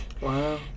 Wow